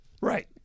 Right